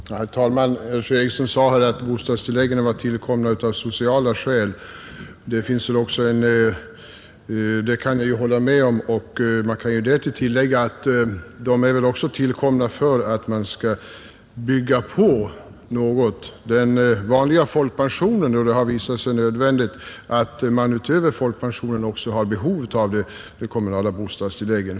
USS RAS reg Herr talman! Herr Fredriksson sade att bostadstilläggen var tillkomna Inkomstprövningsav sociala skäl. Det kan jag hålla med om. Jag kan tillägga att de väl också tillägg för är tillkomna som en tillbyggnad på den vanliga folkpensionen, Det har kommunalt bostadsvisat sig att man utöver folkpensionen också har behov av de kommunala = !illägg m.m. till folkpension bostadstilläggen.